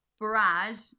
Brad